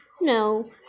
No